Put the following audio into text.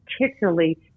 particularly